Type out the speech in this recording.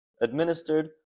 administered